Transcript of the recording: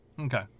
Okay